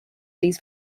these